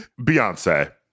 Beyonce